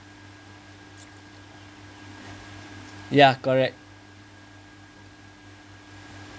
ya correct